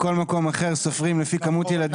בכל מקום אחר סופרים לפי כמות ילדים.